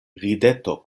rideto